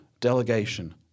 delegation